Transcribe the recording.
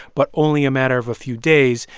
but only a matter of a few days.